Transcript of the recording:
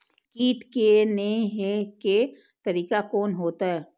कीट के ने हे के तरीका कोन होते?